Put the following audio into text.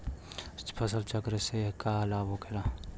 फसल चक्र से का लाभ होखेला?